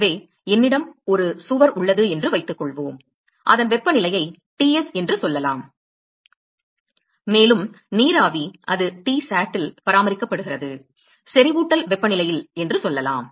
எனவே என்னிடம் ஒரு சுவர் உள்ளது என்று வைத்துக்கொள்வோம் அதன் வெப்பநிலையை Ts என்று சொல்லலாம் மேலும் நீராவி அது Tsat இல் பராமரிக்கப்படுகிறது செறிவூட்டல் வெப்பநிலையில் என்று சொல்லலாம்